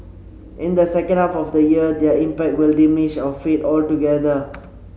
in the second half of the year their impact will diminish or fade altogether